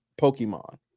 Pokemon